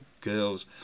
girls